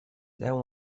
there